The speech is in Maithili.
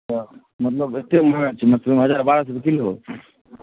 मतलब एतेक महँगा छै मशरूम हजार बारह सए रुपैए किलो